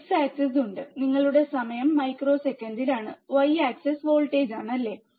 ഒരു x axis ഉണ്ട് നിങ്ങളുടെ സമയം മൈക്രോസെക്കൻഡിലാണ് y ആക്സിസ് വോൾട്ടേജാണ് അല്ലേ